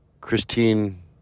Christine